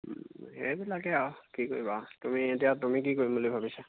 সেইবিলাকেই আৰু কি কৰিবা আৰু তুমি এতিয়া তুমি কি কৰিম বুলি ভাবিছা